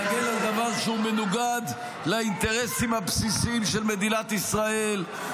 להגן על דבר שהוא מנוגד לאינטרסים הבסיסיים של מדינת ישראל,